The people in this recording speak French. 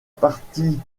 partie